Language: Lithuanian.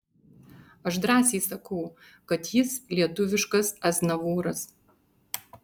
aš drąsiai sakau kad jis lietuviškas aznavūras